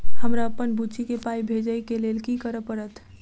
हमरा अप्पन बुची केँ पाई भेजइ केँ लेल की करऽ पड़त?